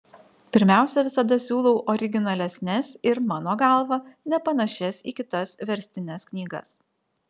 pirmiausia visada siūlau originalesnes ir mano galva nepanašias į kitas verstines knygas